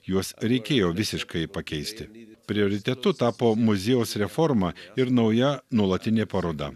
juos reikėjo visiškai pakeisti prioritetu tapo muziejaus reforma ir nauja nuolatinė paroda